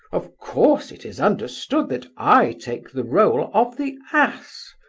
of course it is understood that i take the role of the ass.